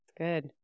Good